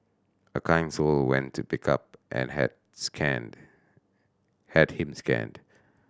a kind soul went to pick up and had scanned had him scanned